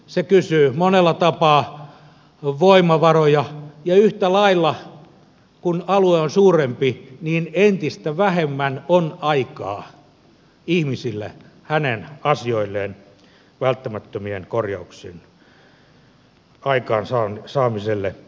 se kysyy monella tapaa voimavaroja ja yhtä lailla kun alue on suurempi niin entistä vähemmän on aikaa ihmisille hänen asioilleen välttämättömien korjauksien aikaansaamiselle